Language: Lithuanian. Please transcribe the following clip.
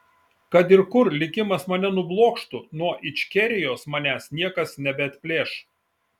kad ir kur likimas mane nublokštų nuo ičkerijos manęs niekas nebeatplėš